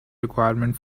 requirement